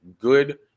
good